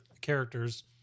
characters